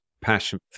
passion